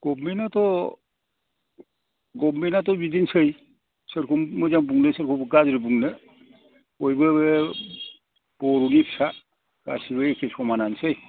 गबमेन्टआथ' गबमेन्टआथ' बिदिनोसै सोरखौ मोजां बुंनो सोरखौ गाज्रि बुंनो बयबो बर'नि फिसा गासैबो एखे समानानोसै